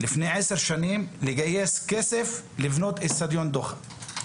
לפני עשר שנים לגייס כסף כדי לבנות את אצטדיון דוחה.